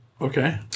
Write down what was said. Okay